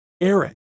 Eric